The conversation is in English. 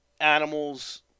animals